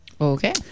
Okay